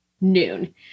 noon